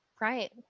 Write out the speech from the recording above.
Right